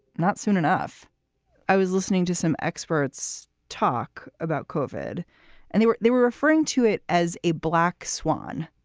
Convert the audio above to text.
not soon enough i was listening to some experts talk about covered and they were they were referring to it as a black swan.